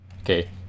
Okay